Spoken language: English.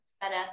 better